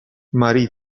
marie